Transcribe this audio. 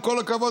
עם כל הכבוד,